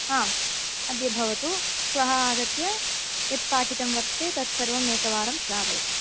हा अद्य भवतु श्वः आगत्य यत् पाठितं वर्तते तत् सर्वमेकवारं श्रावयतु